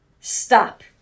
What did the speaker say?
Stop